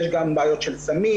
יש גם בעיות של סמים,